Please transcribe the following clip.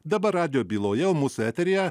dabar radijo byloje o mūsų eteryje